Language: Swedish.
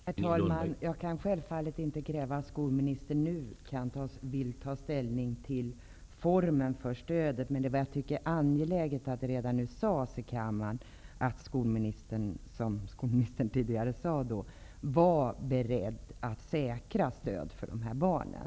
Herr talman! Jag kan självfallet inte kräva att skolministern nu skall ta ställnig till formen för stödet. Men jag tycker att det är angeläget att det redan nu har sagts i kammaren att skolministern är beredd att säkra stöd för de här barnen.